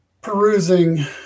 perusing